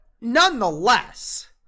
nonetheless